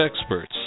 experts